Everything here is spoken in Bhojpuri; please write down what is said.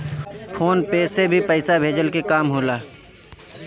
फ़ोन पे से भी पईसा भेजला के काम होला